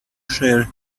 share